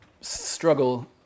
struggle